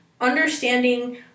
understanding